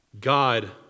God